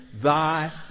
Thy